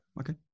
okay